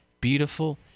beautiful